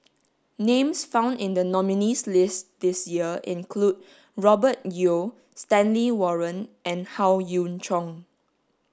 names found in the nominees' list this year include Robert Yeo Stanley Warren and Howe Yoon Chong